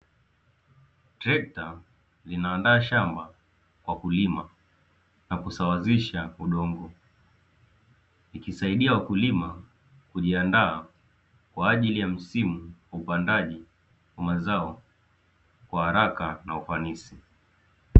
Trekta linaandaa shamba kwa kulima na kusawazisha udongo, ikisaidia wakulima kujiandaa kwa ajili ya msimu ya upandaji wa mazao kwa haraka na ufanisi.